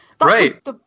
Right